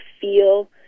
feel